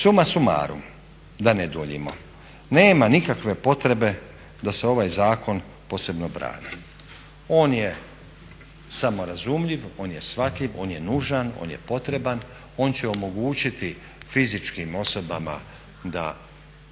suma sumarum da ne duljimo nema nikakve potrebe da se ovaj zakon posebno brani, on je samorazumljiv, on je shvatljiv, on je nužan, on je potreban, on će omogućiti fizičkim osobama da